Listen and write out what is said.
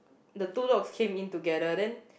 the two dogs came in together then